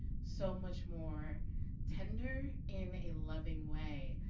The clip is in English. so much more tender in a loving way